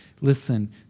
Listen